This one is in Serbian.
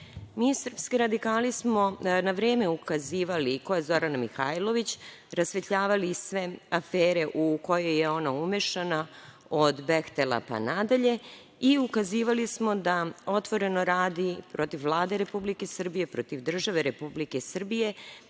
srpski radikali smo na vreme ukazivali ko je Zorana Mihajlović, rasvetljavali sve afere u koje je ona umešana, od „Behtela“, pa nadalje i ukazivali smo da otvoreno radi protiv Vlade Republike Srbije, protiv države Republike Srbije